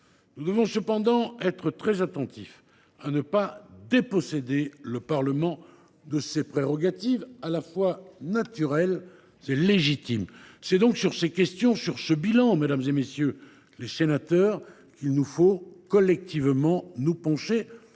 Nous devons cependant être très attentifs à ne pas déposséder ce dernier de ses prérogatives, qui sont à la fois naturelles et légitimes. C’est donc sur ces questions et sur ce bilan, mesdames, messieurs les sénateurs, qu’il nous faut, collectivement, nous pencher